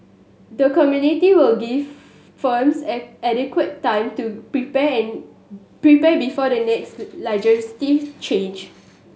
the committee will give firms add adequate time to prepare prepare before the next legislative change